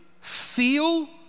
feel